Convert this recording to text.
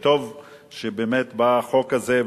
טוב שבאמת בא החוק הזה,